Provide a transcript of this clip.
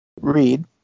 Read